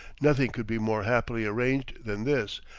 nothing could be more happily arranged than this,